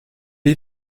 est